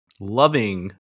loving